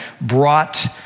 brought